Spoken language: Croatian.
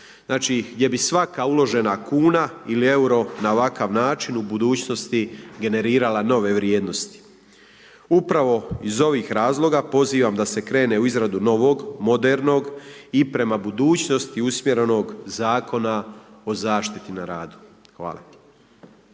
Znači, gdje bi svaka uložena kuna ili euro na ovakav način u budućnosti generirala nove vrijednosti. Upravo iz ovih razloga pozivam da se krene u izradu novog modernog i prema budućnosti usmjerenog zakona o zaštiti na radu. Hvala.